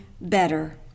better